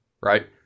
right